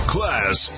Class